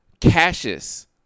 Cassius